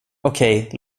okej